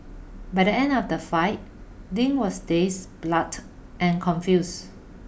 by the end of the fight Ding was dazed blood and confused